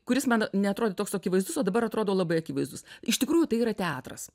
kuris man neatrodė toks akivaizdus o dabar atrodo labai akivaizdus iš tikrųjų tai yra teatras